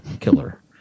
killer